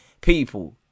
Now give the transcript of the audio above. People